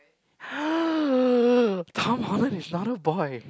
come on it's not a boy